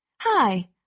Hi